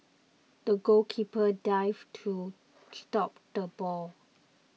the goalkeeper dived to stop the ball